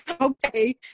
Okay